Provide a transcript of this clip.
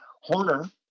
Horner